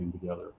together